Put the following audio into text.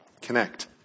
connect